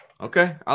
Okay